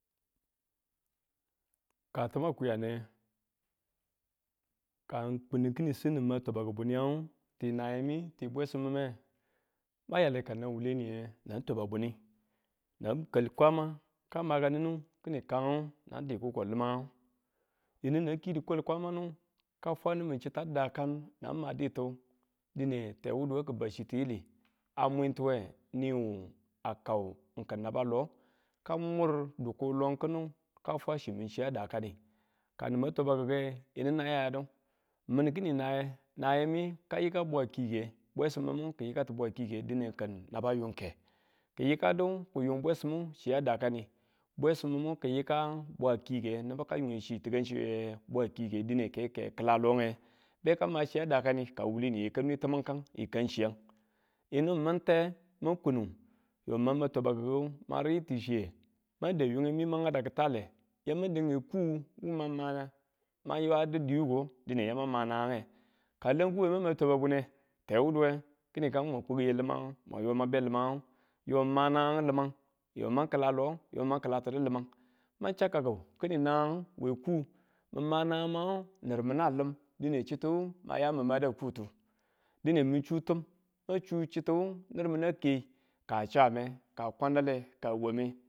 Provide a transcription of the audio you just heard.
Ka tima kuye ne, ka ng kun kini sin ng ma twabaki buniyangu ti nayemi ti bwesim mime ma yale ka nau wa̱le niye nang kwaman ki̱ni kangu na di kuko lamangu yinu na ki diwal kwama nu ka fwa nimin chita dakan na maditu dine tewudewe ki bau chi tiyili a mwintuwe niwu a kau na balo ka mur dikur lo kinu ka fwa chimin chi a dakani kani ma twabaki̱ke yinu na baya du min kini naye, nayemi ka yika bwakike bwesim minu ka yikatu bwakike dine in ki̱n naba yunke kiyika du ki yun bwesimu chi a dakani bwesim mimu ki yika bwakike nibu ka yung chi tikan chi we bwakike dine ke kela longe beka ma chiya dakani ka nau wuwule niye ka mwe tamang kangu yi kang chiyang yine min te mang kunu yo ma ma twabakike ma ri tichiye mang dau yungumi mang gau da ki̱lale yamang dange kuu wu ma ma mayadu dii wuko dine yamange ka lam kuwe ma ma twabanune tewuduwe kini kang mang kukiye limang ma yo ma be limang yo n ma nangang limang yo ma kila lo ma kila tidu limag ma chau kaku kini nangang magu nir mina a lim dine chitu ma ya mi mada kuutu dine mi chu tim ma chu chitu nir mina ke ka chaame, ka kwandale ka wa̱me.